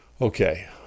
okay